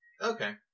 Okay